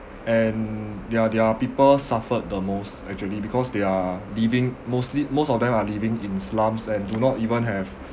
and their their people suffered the most actually because they are living mostly most of them are living in slums and do not even have